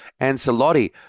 Ancelotti